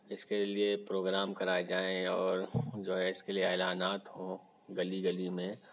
اِس کے لیے پروگرام کرایا جائیں اور جو ہے اِس کے لیے اعلانات ہوں گلی گلی میں